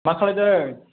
मा खालायदों